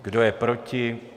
Kdo je proti?